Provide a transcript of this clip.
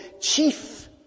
chief